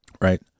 Right